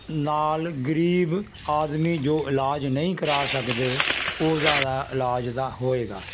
ਨਾਲ ਗਰੀਬ ਆਦਮੀ ਜੋ ਇਲਾਜ ਨਹੀਂ ਕਰਵਾ ਸਕਦੇ ਉਹਨਾਂ ਦਾ ਇਲਾਜ ਦਾ ਹੋਵੇਗਾ